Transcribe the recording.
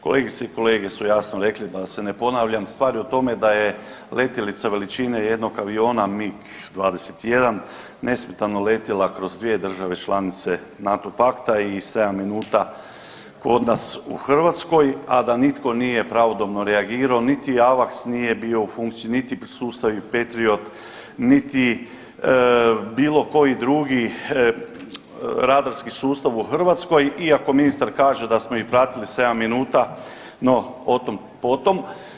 Kolegice i kolege su jasno rekle da se ne ponavljam, stvar je u tome da je letjelica veličine jednog aviona MIG-21 nesmetano letjele kroz dvije države članice NATO pakta i sedam minuta kod nas u Hrvatskoj, a da nitko nije pravodobno reagirao niti AWACS nije bio u funkciji, niti sustavi Patriot niti bilo koji drugi radarski sustav u Hrvatskoj, iako ministar kaže da smo ih pratili sedam minuta, no o tom po tom.